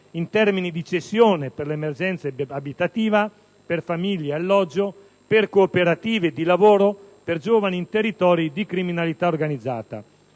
in termini di cessione per le emergenze abitative, per alloggi di famiglie, per cooperative di lavoro e giovani in territori di criminalità organizzata.